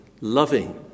loving